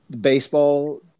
baseball